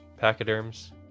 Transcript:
pachyderms